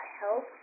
help